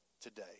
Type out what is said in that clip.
today